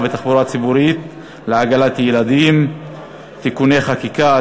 בתחבורה ציבורית לעגלת ילדים (תיקוני חקיקה),